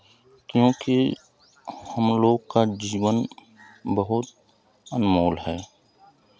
क्योंकि हमलोग का जीवन बहुत अनमोल है